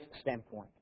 standpoint